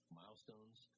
milestones